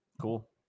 Cool